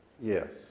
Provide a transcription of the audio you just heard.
Yes